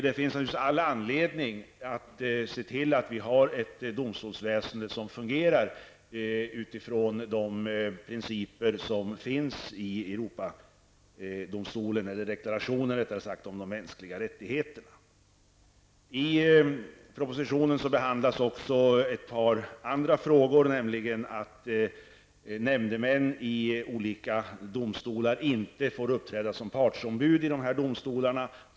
Det finns naturligtvis all anledning att se till att vi har ett domstolsväsende som fungerar utifrån de principer som anges i Europakonventionen om de mänskliga rättigheterna. I propositionen behandlas också ett par andra frågor. Det gäller frågan om att nämndemän i olika domstolar inte får uppträda som partsombud i sina domstolar.